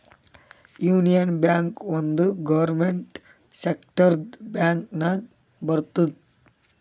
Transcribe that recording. union bank ಒಂದ್ government ಸೆಕ್ಟರ್ದು bank ನಾಗ್ ಬರ್ತುದ್